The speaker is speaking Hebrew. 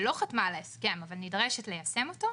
שלא חתמה על ההסכם ונדרשת ליישם אותו,